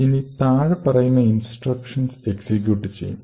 ഇനി താഴെ പറയുന്ന ഇൻസ്ട്രക്ഷൻസ് എക്സിക്യൂട്ട് ചെയ്യും